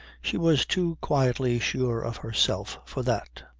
she was too quietly sure of herself for that.